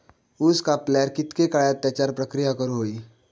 ऊस कापल्यार कितके काळात त्याच्यार प्रक्रिया करू होई?